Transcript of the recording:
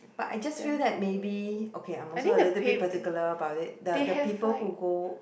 but I just feel that maybe okay I'm also a little bit particular about it the the people who go